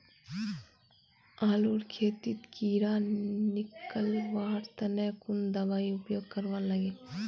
आलूर खेतीत कीड़ा निकलवार तने कुन दबाई उपयोग करवा लगे?